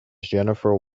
jennifer